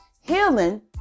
healing